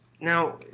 Now